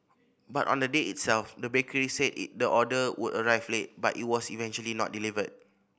but on the day itself the bakery said it the order would arrive late but it was eventually not delivered